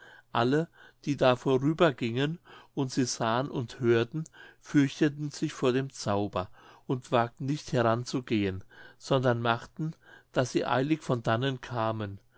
alle die da vorübergingen und sie sahen und hörten fürchteten sich vor dem zauber und wagten nicht heran zu gehen sondern machten daß sie eilig von dannen kamen